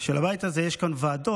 של הבית הזה יש כאן ועדות